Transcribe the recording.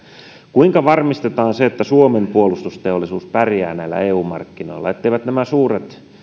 kuinka varmistetaan se että suomen puolustusteollisuus pärjää näillä eu markkinoilla etteivät nämä suuret